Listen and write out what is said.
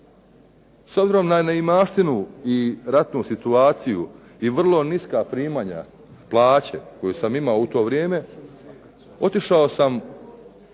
S obzirom na neimaštinu i ratnu situaciju i vrlo niska primanja plaće koju sam imao u to vrijeme, otišao sam